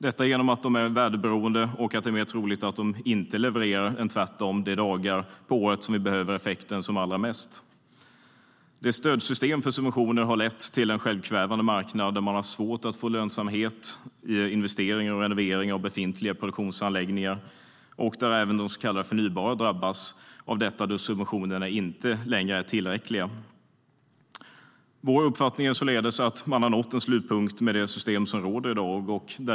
De är nämligen väderberoende, och det är mer troligt att de inte levererar än tvärtom de dagar på året som vi behöver effekten som allra mest. Vår uppfattning är således att man har nått en slutpunkt med det system som råder i dag.